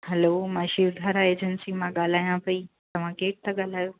हलो मां शिवधारा एजेंसी मां ॻाल्हायां पई तव्हां केर था ॻाल्हायो